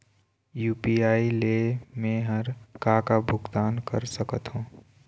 UPI ले मे हर का का भुगतान कर सकत हो?